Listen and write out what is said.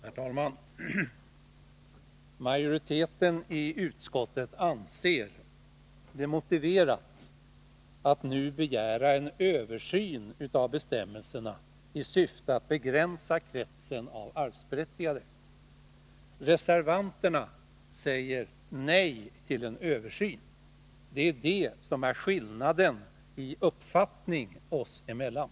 Herr talman! Majoriteten i utskottet anser det motiverat att nu begära en översyn av bestämmelserna i syfte att begränsa kretsen av arvsberättigade. Reservanterna säger nej till en översyn. Det är detta som är skillnaden i uppfattning oss emellan.